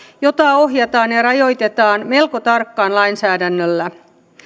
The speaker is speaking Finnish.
jota ohjataan ja rajoitetaan melko tarkkaan lainsäädännöllä